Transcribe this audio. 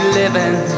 living